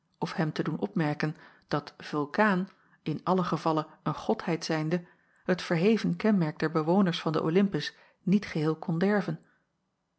of hem te doen opmerken dat vulkaan in allen gevalle een godheid zijnde het verheven kenmerk der bewoners van den olympus niet geheel kon derven